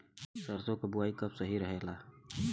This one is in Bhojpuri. सरसों क बुवाई कब सही रहेला?